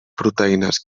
proteïnes